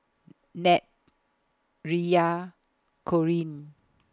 Nat Riya Corinne